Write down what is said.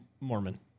Mormon